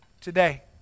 today